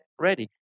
ready